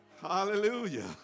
Hallelujah